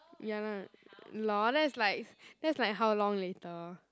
ya lah lol that's like that's like how long later